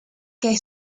que